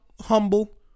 humble